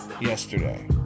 yesterday